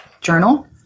journal